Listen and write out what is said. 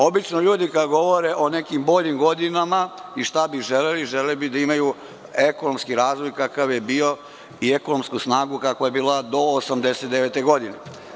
Obično ljudi kao da govore o nekim boljim godinama i šta bi želeli, želeli bi da imaju ekonomski razvoj i ekonomsku snagu kakva je bila do 1989. godine.